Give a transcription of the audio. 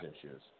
issues